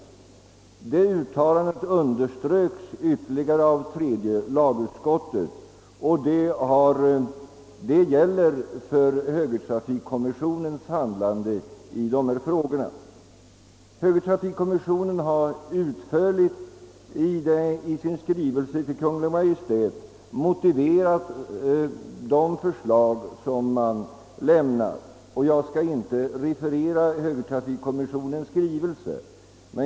Detta uttalande underströks ytterligare av tredje lagutskottet och bör vara gällande för högertrafikkommissionens handlande i dessa frågor. Högertrafikkommissionen har i sin skrivelse till Kungl. Maj:t utförligt motiverat de förslag som lämnats och jag skall inte referera denna skrivelse.